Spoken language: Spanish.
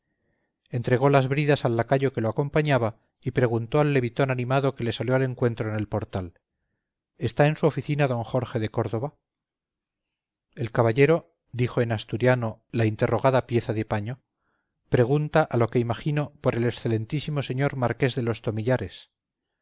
entregó las bridas al lacayo que lo acompañaba y preguntó al levitón animado que le salió al encuentro en el portal está en su oficina d jorge de córdoba illustration arre mula el caballero dijo en asturiano la interrogada pieza de paño pregunta a lo que imagino por el excelentísimo señor marqués de los tomillares